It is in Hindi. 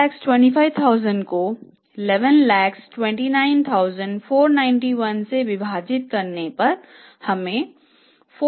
4725000 को 1129491 से विभाजित करने पर हमें 418 मिलता है